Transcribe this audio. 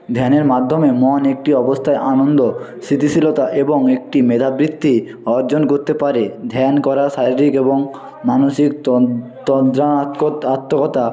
ধ্যানের মাধ্যমে মন একটি অবস্তায় আনন্দ স্থিতিশীলতা এবং একটি মেধাবৃত্তি অর্জন করতে পারে ধ্যান করা শারীরিক এবং মানসিক তন্দ্রা আতকোত আত্মকতা